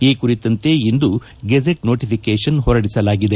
ಈ ಕುರಿತಂತೆ ಇಂದು ಗೆಜೆಟ್ ನೊಟಿಫಿಕೇಶನ್ ಹೊರಡಿಸಲಾಗಿದೆ